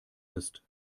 ist